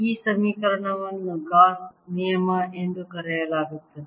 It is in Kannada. ಈ ಸಮೀಕರಣವನ್ನು ಗೌಸ್ ನಿಯಮ ಎಂದು ಕರೆಯಲಾಗುತ್ತದೆ